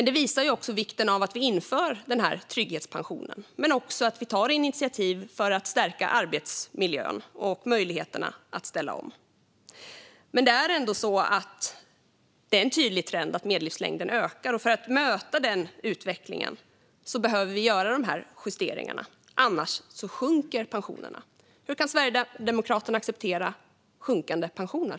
Det visar också på vikten av att vi inför trygghetspensionen och att vi tar initiativ till att stärka arbetsmiljön och möjligheterna att ställa om. Det är en tydlig trend att medellivslängden ökar. För att möta den utvecklingen behöver vi göra justeringarna, annars sjunker pensionerna. Hur kan Sverigedemokraterna acceptera sjunkande pensioner?